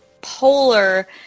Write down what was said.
polar